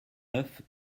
neuf